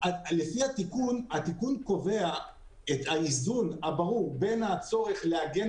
התיקון קובע את האיזון הברור בין הצורך להגן